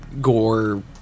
gore